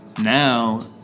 Now